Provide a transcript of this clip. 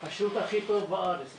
השירות הכי טוב בארץ,